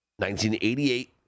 1988